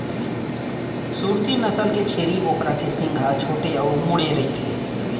सूरती नसल के छेरी बोकरा के सींग ह छोटे अउ मुड़े रइथे